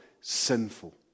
sinful